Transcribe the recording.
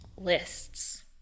Lists